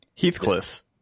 Heathcliff